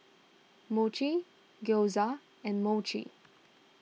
Mochi Gyoza and Mochi